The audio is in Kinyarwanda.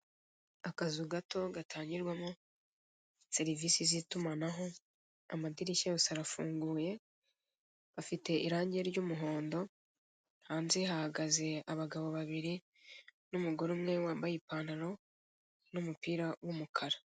Akazu gato gatangirwamo serivise z'itumanaho amadirishya yose arafunguye afite irange ry'umuhondo hanze hahagaze abagabo babiri n'umugore umwe wambaye ipantaro n'umupira w'umukara.